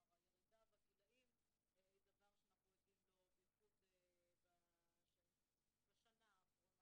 הירידה בגילאים היא דבר שאנחנו עדים לו בייחוד בשנה האחרונה.